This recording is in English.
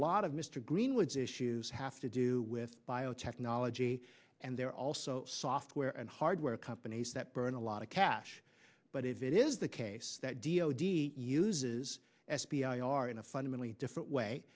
lot of mr greenwood's issues have to do with biotechnology and they're also software and hardware companies that burn a lot of cash but if it is the case that d o d s uses s p i are in a fundamentally different way